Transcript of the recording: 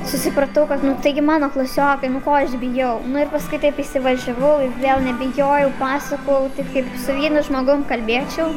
susipratau kad nu taigi mano klasiokai nu ko aš bijau nu ir paskui taip įsivažiavau ir vėl nebijojau pasakojau kaip su vienu žmogum kalbėčiau